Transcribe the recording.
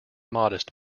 modest